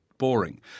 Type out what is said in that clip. boring